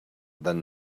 than